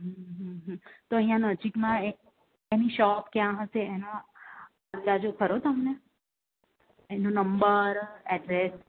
હમ હમ હમ તો અહીંયા નજીકમાં એ એની શોપ ક્યાં હશે એનો અંદાજો ખરો તમને એનો નંબર એડ્રેસ